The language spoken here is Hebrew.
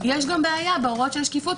יש גם בעיה בהוראות של שקיפות,